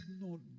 No